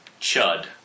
Chud